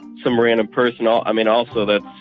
some random person. i i mean, also, that's